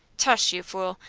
tush, you fool!